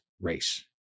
race